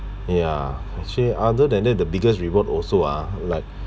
ya actually other than that the biggest reward also ah like